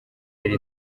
yari